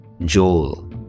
Joel